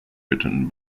written